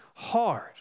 hard